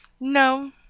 No